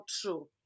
true